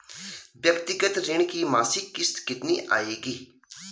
व्यक्तिगत ऋण की मासिक किश्त कितनी आएगी?